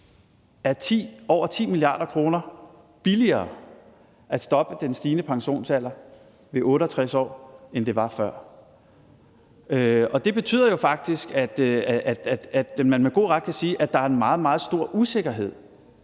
er over 10 mia. kr. billigere at stoppe den stigende pensionsalder ved 68 år, end det var før. Det betyder jo faktisk, at man med god ret kan sige, at der er en meget, meget stor usikkerhed